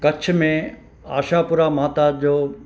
कच्छ में आशापुरा माता जो